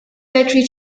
battery